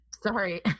sorry